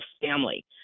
family